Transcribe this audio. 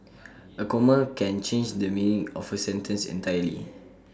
A comma can change the meaning of A sentence entirely